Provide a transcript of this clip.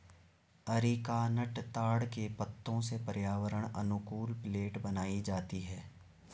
areca nut ताड़ के पत्तों से पर्यावरण अनुकूल प्लेट बनाई जाती है